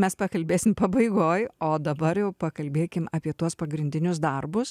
mes pakalbėsim pabaigoj o dabar jau pakalbėkim apie tuos pagrindinius darbus